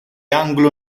anglo